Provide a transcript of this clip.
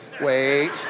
wait